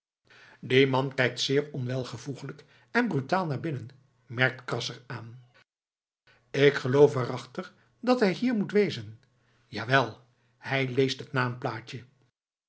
die man kijkt zeer onwelvoegelijk en brutaal naar binnen merkt krasser aan ik geloof waarachtig dat hij hier moet wezen jawel hij leest het naamplaatje